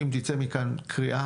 אם תצא מכאן קריאה,